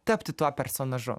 tapti tuo personažu